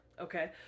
okay